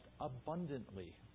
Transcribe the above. abundantly